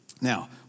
Now